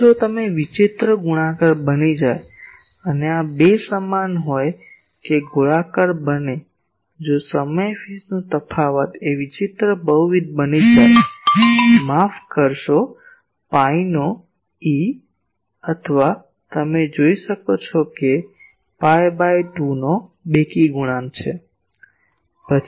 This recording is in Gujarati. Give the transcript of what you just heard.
હવે જો તે વિચિત્ર ગુણાકાર બની જાય અને આ 2 સમાન હોય કે ગોળાકાર બને જો સમય ફેઝનો તફાવત એ વિચિત્ર બહુવિધ બની જાય માફ કરશો પાઇનો ઈઅથવા તમે જોઈ શકો છો કે પાઈ ભાગ્યા 2 નો બેકી ગુણાંક છે